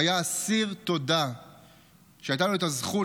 הוא היה אסיר תודה שהייתה לו את הזכות